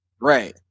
Right